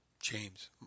James